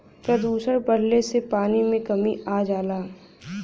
प्रदुषण बढ़ले से पानी में कमी आ जाला